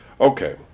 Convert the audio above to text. Okay